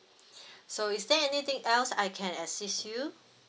so is there anything else I can assist you